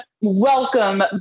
Welcome